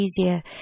easier